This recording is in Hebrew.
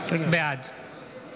בעד